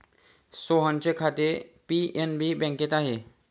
सोहनचे खाते पी.एन.बी बँकेत आहे